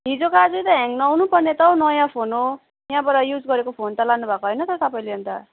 हिजोको आजै त ह्याङ नहुनुपर्ने त हौ नयाँ फोन हो यहाँबाट युज गरेको फोन त लानुभएको होइन त तपाईँले अन्त